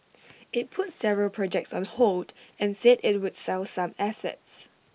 IT put several projects on hold and said IT would sell some assets